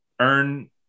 earn